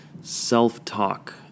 self-talk